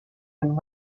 and